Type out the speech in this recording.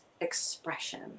expression